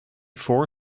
four